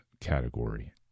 category